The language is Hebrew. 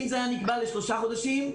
אם זה היה נקבע לשלושה חודשים,